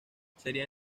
sería